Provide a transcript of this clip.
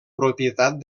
propietat